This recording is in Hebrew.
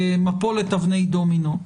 במפולת אבני דומינו.